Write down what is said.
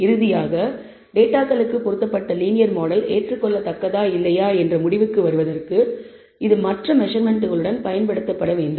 இறுதியாக டேட்டாகளுக்கு பொருத்தப்பட்ட லீனியர் மாடல் ஏற்றுக்கொள்ளத்தக்கதா இல்லையா என்று முடிவுக்கு வருவதற்கு இது மற்ற மெசர்மென்ட்களுடன் பயன்படுத்தப்பட வேண்டும்